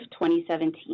2017